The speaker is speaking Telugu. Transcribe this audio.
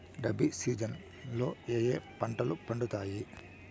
రబి సీజన్ లో ఏ ఏ పంటలు పండుతాయి